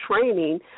training